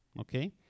Okay